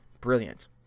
Brilliant